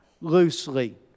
loosely